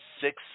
six